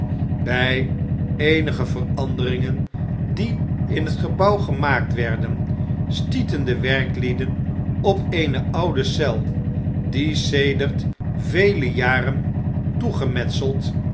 bij eenige veranderingen die inhetgebouw gemaakt werden stieten de werklieden op eene oude eel die sedert vele jaren